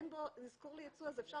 אין בו אזכור ליצוא כך שאפשר